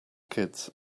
kids